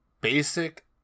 basic